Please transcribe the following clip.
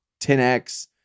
10x